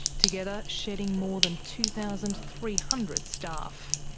together shedding more than two thousand three hundred staff.